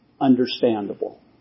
understandable